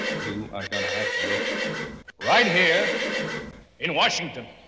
you are going to have to look right here in washington!